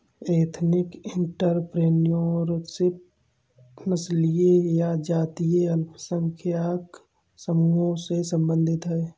ethnic entrepreneurship नस्लीय या जातीय अल्पसंख्यक समूहों से संबंधित हैं